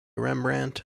rembrandt